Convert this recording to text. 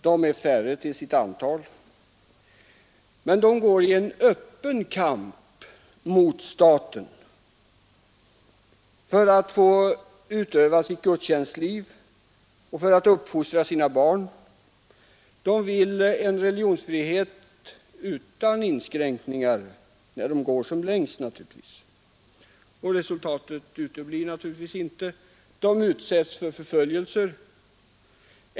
De är färre till antalet, men de går till en öppen kamp mot staten för att få utöva sitt gudstjänstliv och för att få uppfostra sina barn. När de går som längst vill de ha en religionsfrihet utan inskränkningar. Resultatet uteblir naturligtvis inte. De utsätts för förföljelser.